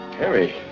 Harry